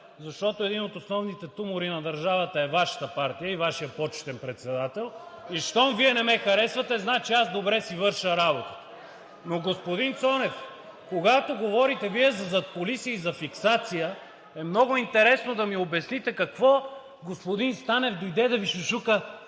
защото един от основните тумори на държавата е Вашата партия и Вашият почетен председател. Щом Вие не ме харесвате, значи аз добре си върша работата. Господин Цонев, когато Вие говорите за задкулисие и за фиксация, е много интересно да ми обясните какво господин Станев дойде да Ви шушука